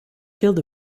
killed